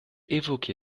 évoqué